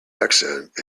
accent